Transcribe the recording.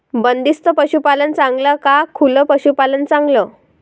बंदिस्त पशूपालन चांगलं का खुलं पशूपालन चांगलं?